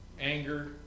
anger